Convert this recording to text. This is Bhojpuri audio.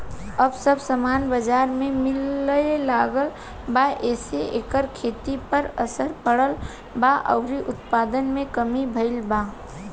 अब सब सामान बजार में मिले लागल बा एसे एकर खेती पर असर पड़ल बा अउरी उत्पादन में कमी भईल बा